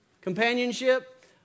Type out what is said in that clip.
Companionship